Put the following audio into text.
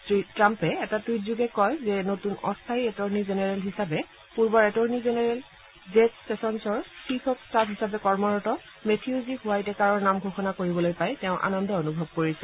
শ্ৰী ট্ৰাম্পে এটা টুইট যোগে কয় যে নতুন অস্থায়ী এটৰ্নি জেনেৰেল হিচাপে পূৰ্বৰ এটৰ্নি জেনেৰেল জেফ ছেছনছৰ চিফ অব ষ্টাফ হিচাপে কৰ্মৰত মেথিউজি হোৱাইটেকাৰৰ নাম ঘোষণা কৰিবলৈ পাই তেওঁ আনন্দ অনুভৱ কৰিছে